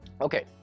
Okay